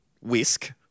Whisk